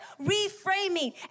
reframing